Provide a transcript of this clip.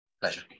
Pleasure